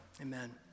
Amen